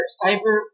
cyber